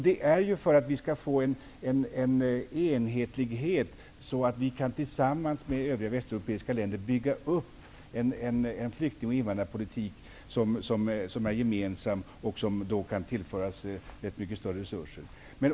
Det är för att vi skall få en enhetlighet, så att vi tillsammans med övriga västeuropeiska länder kan bygga upp en flykting och invandrarpolitik som är gemensam och som kan tillföras större resurser.